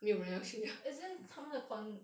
as in 他们的 con~